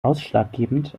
ausschlaggebend